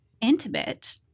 intimate